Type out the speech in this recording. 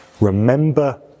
Remember